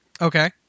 Okay